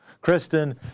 Kristen